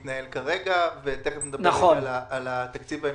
כרגע, ותכף נדבר על התקציב ההמשכי,